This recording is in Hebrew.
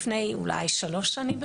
לפני אולי שלוש שנים,